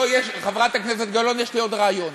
חברת הכנסת גלאון,